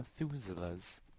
Methuselahs